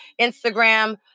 Instagram